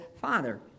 Father